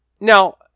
Now